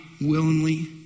willingly